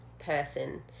person